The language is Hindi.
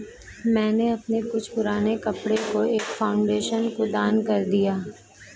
मैंने अपने कुछ पुराने कपड़ो को एक फाउंडेशन को दान कर दिया